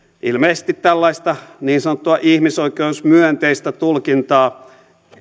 ilmeisesti tällaista niin sanottua ihmisoikeusmyönteistä tulkintaa